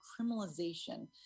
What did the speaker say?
criminalization